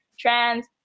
trans